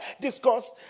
discussed